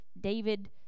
David